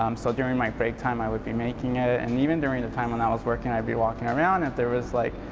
um so during my break time i would be making it, and even during the time when i was working i would be walking around and if there was like,